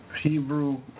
Hebrew